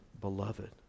beloved